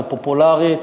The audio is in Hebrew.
זה פופולרי,